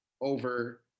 over